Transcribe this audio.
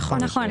נכון?